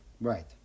Right